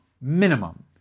minimum